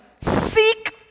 seek